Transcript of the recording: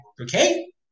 okay